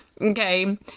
okay